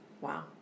Wow